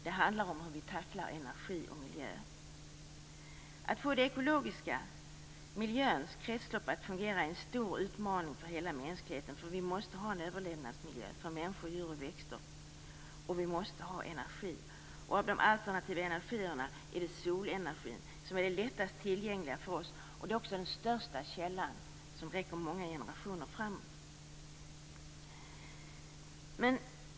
Det handlar om hur vi tacklar energi och miljö. Att få det ekologiska kretsloppet - miljön - att fungera är en stor utmaning för hela mänskligheten. Vi måste ha en överlevnadsmiljö för människor, djur och växter, och vi måste ha energi. Av de alternativa energierna är det solenergin som är lättast tillgänglig för oss. Det är också den största källan, som räcker många generationer framåt.